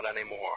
anymore